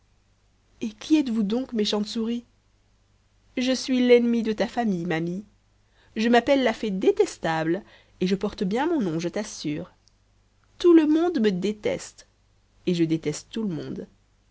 et qui êtes-vous donc méchante souris je suis l'ennemie de ta famille ma mie je m'appelle la fée détestable et je porte bien mon nom je t'assure tout le monde me déteste et je déteste tout le monde